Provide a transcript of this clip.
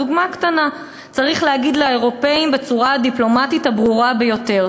דוגמה קטנה: צריך להגיד לאירופים בצורה הדיפלומטית הברורה ביותר,